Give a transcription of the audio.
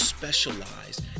Specialize